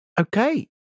Okay